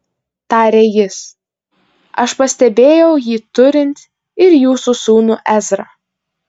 tarė jis aš pastebėjau jį turint ir jūsų sūnų ezrą